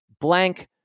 blank